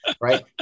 right